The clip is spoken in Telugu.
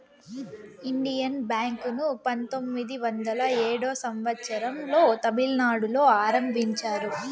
ఇండియన్ బ్యాంక్ ను పంతొమ్మిది వందల ఏడో సంవచ్చరం లో తమిళనాడులో ఆరంభించారు